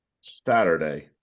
saturday